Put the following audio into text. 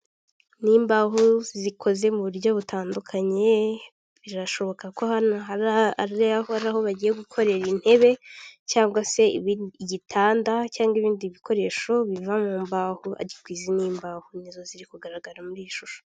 Ni imbaho zikoze mu buryo butandukanye birashoboka ko hano aho aho bagiye gukorera intebe cyangwa se igitanda cyangwa ibindi bikoresho biva mu imbaho ariko izi n'imbaho ziri kugaragara muri iyi shusho.